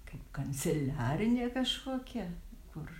kaip kanceliarinė kažkokia kur